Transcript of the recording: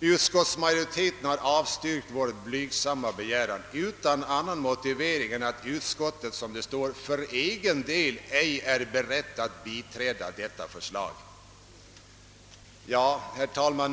Utskottsmajoriteten har avstyrkt vår blygsamma begäran utan annan motivering än att utskottet, som det står, »för egen del ej är berett biträda detta förslag». Herr talman!